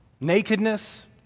nakedness